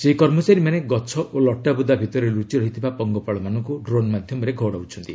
ସେହି କର୍ମଚାରୀମାନେ ଗଛ ଓ ଲଟା ବୁଦା ଭିତରେ ଲୁଚି ରହିଥିବା ପଙ୍ଗପାଳମାନଙ୍କୁ ଡ୍ରୋନ୍ ମାଧ୍ୟମରେ ଘଉଡ଼ାଉଛନ୍ତି